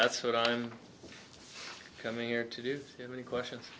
that's what i'm coming here to do any questions